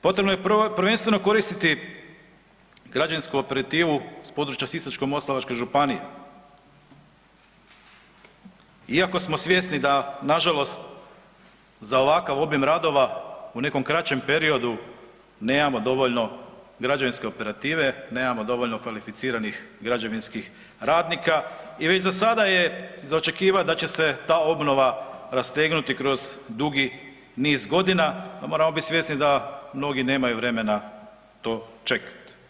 Potrebno je prvenstveno koristiti građansku operativu s područja Sisačko-moslavačke županije iako smo svjesni da nažalost za ovakav obim radova u nekom kraćem periodu nemamo dovoljno građevinske operative, nemamo dovoljno kvalificiranih građevinskih radnika i već za sada je za očekivat da će se ta obnova rastegnuti kroz dugi niz godina, a moramo bit svjesni da mnogi nemaju vremena to čekati.